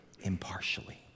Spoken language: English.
impartially